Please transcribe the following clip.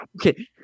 okay